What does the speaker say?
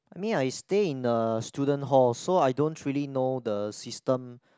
I mean I stay in the student hall so I don't really know the system